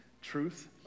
truth